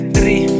Three